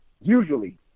usually